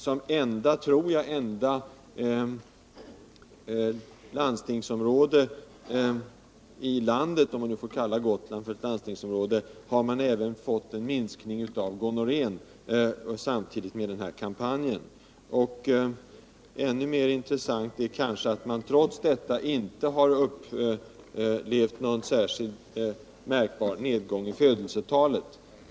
Som jag tror enda landstingsområde i landet — om man nu får kalla Gotland för ett landstingsområde — har man även fått en minskning av gonorrén samtidigt med den här kampanjen. Ännu mer intressant är kanske att det trots kampanjen inte blev någon särskilt märkbar nedgång i födelsetalet.